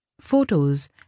Photos